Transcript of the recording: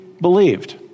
believed